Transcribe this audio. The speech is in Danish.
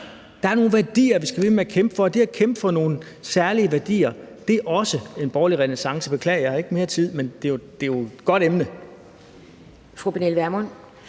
Der er nogle værdier, vi skal blive ved med at kæmpe for, og det at kæmpe for nogle særlige værdier er også en borgerlig renæssance. Jeg beklager, jeg har ikke mere tid, men det er et godt emne. Kl. 16:36 Anden